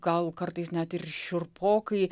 gal kartais net ir šiurpokai